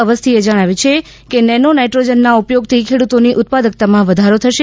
અવસ્થીએ જણાવ્યું છે કે નેનો નાઇટ્રોજનના ઉપયોગથી ખેડુતોની ઉત્પાદકતામાં વધારો થશે